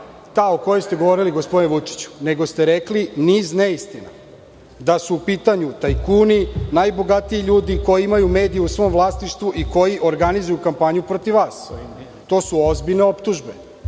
ta o kojoj ste govorili, gospodine Vučiću, nego ste rekli niz neistina, da su u pitanju tajkuni, najbogatiji ljudi koji imaju medije u svom vlasništvu i koji organizuju kampanju protiv vas. To su ozbiljne optužbe,